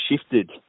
shifted